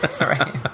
right